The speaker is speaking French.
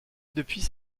depuis